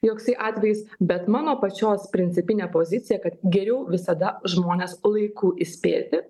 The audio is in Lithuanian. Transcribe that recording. joksai atvejis bet mano pačios principinė pozicija kad geriau visada žmones laiku įspėti